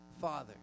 Father